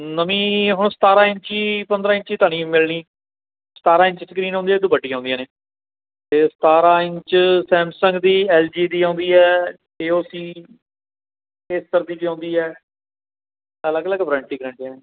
ਨਵੀਂ ਹੁਣ ਸਤਾਰਾਂ ਇੰਚੀ ਪੰਦਰਾਂ ਇੰਚੀ ਤਾਂ ਨਹੀਂ ਮਿਲਣੀ ਸਤਾਰਾਂ ਇੰਚ ਸਕਰੀਨ ਆਉਂਦੀ ਹੈ ਇੱਕ ਵੱਡੀ ਆਉਂਦੀਆਂ ਨੇ ਅਤੇ ਸਤਾਰਾਂ ਇੰਚ ਸੈਮਸੰਗ ਦੀ ਐਲ ਜੀ ਦੀ ਆਉਂਦੀ ਹੈ ਏ ਓ ਸੀ ਖੇਤਰ ਦੀ ਆਉਂਦੀ ਹੈ ਅਲਗ ਅਲਗ ਵਾਰੰਟੀ ਗਰੰਟੀ ਆ